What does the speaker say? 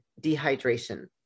dehydration